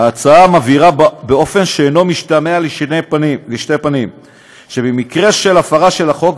ההצעה מבהירה באופן שאינו משתמע לשתי פנים שבמקרה של הפרה של החוק,